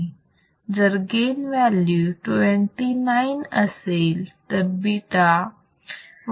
जर gain value 29 असेल तर β 129 असणार